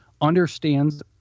understands